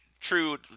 true